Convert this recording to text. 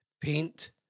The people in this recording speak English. Paint